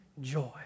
joy